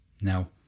Now